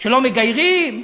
שלא מגיירים?